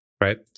right